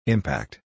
Impact